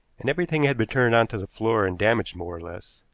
and everything had been turned on to the floor and damaged more or less.